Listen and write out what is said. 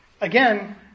Again